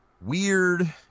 weird